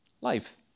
Life